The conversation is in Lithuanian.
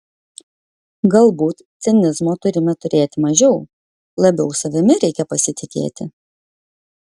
galbūt cinizmo turime turėti mažiau labiau savimi reikia pasitikėti